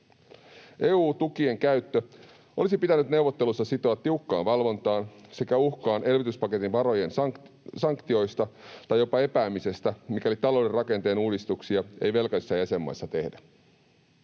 EU-tukien käyttö olisi pitänyt neuvottelussa sitoa tiukkaan valvontaan sekä uhkaan elvytyspaketin varojen sanktioista tai jopa epäämisestä, mikäli talouden rakenteen uudistuksia ei velkaisissa jäsenmaissa tehdä.